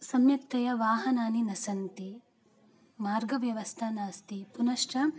सम्यक्तया वाहनानि न सन्ति मार्गव्यवस्था नास्ति पुनश्च